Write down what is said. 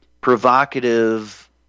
provocative